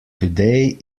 today